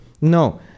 No